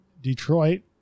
Detroit